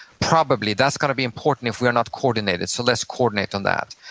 probably, that's gonna be important if we're not coordinated, so let's coordinate on that.